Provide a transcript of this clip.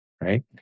right